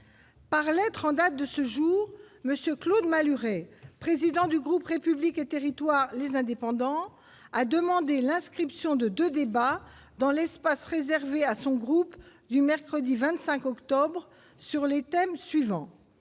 Par lettre en date de ce jour, monsieur Claude Malhuret, président du groupe République et Territoires, les indépendants, a demandé l'inscription de 2 débats dans l'espace réservé à son groupe du mercredi 25 octobre sur les thèmes suivants